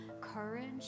courage